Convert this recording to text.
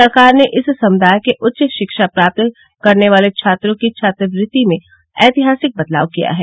सरकार ने इस समुदाय के उच्च शिक्षा प्राप्त करने वाले छात्रों की छात्रवृति में ऐतिहासिक बदलाव किया है